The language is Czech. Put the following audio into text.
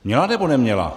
Měla, nebo neměla?